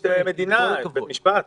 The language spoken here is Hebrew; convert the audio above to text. יש מדינה, יש בית משפט.